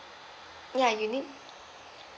ya you need